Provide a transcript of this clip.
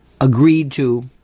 agreed-to